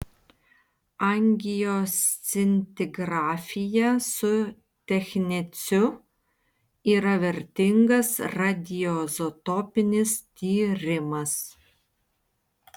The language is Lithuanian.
angioscintigrafija su techneciu yra vertingas radioizotopinis tyrimas